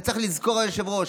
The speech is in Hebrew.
אתה צריך לזכור, היושב-ראש: